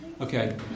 Okay